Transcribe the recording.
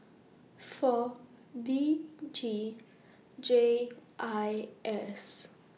four B G J I S